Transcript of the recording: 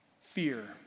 fear